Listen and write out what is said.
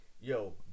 yo